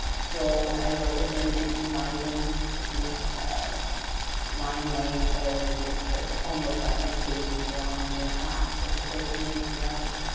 so i work with them and in revising, looking at line length, or just what the poem looks like on the page and so on in their thoughts, but encouraging them to write.